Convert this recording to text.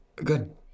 Good